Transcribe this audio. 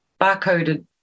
barcoded